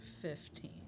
fifteen